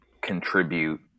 contribute